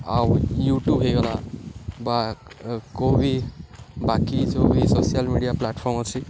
ଆଉ ୟୁଟ୍ୟୁବ୍ ହୋଇଗଲା ବା କେଉଁ ବିି ବାକି ଯେଉଁ ବି ସୋସିଆଲ୍ ମିଡ଼ିଆ ପ୍ଲାଟଫର୍ମ ଅଛି